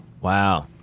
Wow